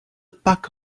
pack